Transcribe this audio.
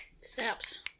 snaps